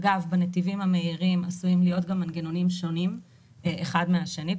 אגב בנתיבים המהירים עשויים להיות גם מנגנונים שונים האחד מן השני,